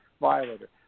violator